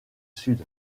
sud